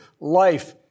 life